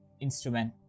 instrument